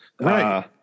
right